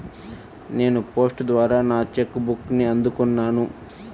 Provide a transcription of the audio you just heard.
నేను పోస్ట్ ద్వారా నా చెక్ బుక్ని అందుకున్నాను